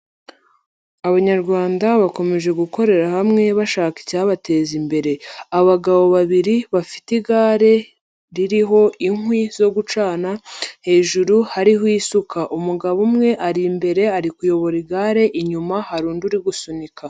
Abanyarwanda bakomeje gukorera hamwe bashaka icyabateza imbere, abagabo babiri bafite igare ririho inkwi zo gucana, hejuru hariho isuka, umugabo umwe ari imbere, ari kuyobora igare, inyuma hari undi uri gusunika.